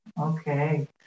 okay